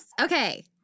Okay